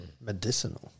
medicinal